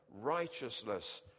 Righteousness